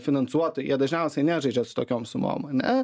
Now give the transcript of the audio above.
finansuotojai jie dažniausiai nežaidžia su tokiom sumom ane